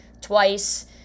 twice